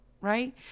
right